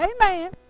Amen